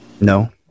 no